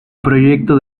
proyecto